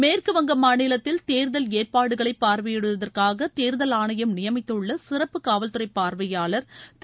மேற்கு வங்க மாநிலத்தில் தேர்தல் ஏற்பாடுகளை பார்வையிடுவதற்காக தேர்தல் ஆணையம் நியமித்துள்ள சிறப்பு காவல்துறை பார்வையாளர் திரு